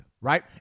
right